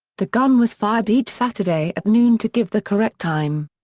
the gun was fired each saturday at noon to give the correct time.